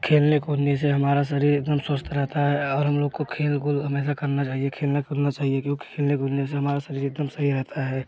खेलने कूदने से हमारा शरीर एक दम स्वस्थ रहता है और हम लोग को खेल कूद हमेशा करना चाहिए खेलना कूदना चाहिए क्योंकि खेलने कूदने से हमारा शरीर एक दम सही रहता है